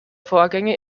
vorgänge